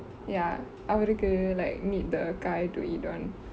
ya அவருக்கு:avarukku like need the காய்:kaai to eat one